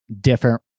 different